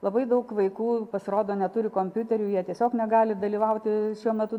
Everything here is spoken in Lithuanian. labai daug vaikų pasirodo neturi kompiuterių jie tiesiog negali dalyvauti šiuo metu